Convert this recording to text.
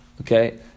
Okay